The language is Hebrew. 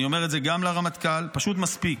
אני אומר את זה גם לרמטכ"ל, פשוט מספיק.